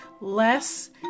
less